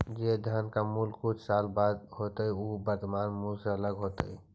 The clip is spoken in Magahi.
जे धन के मूल्य कुछ साल बाद होतइ उ वर्तमान मूल्य से अलग होतइ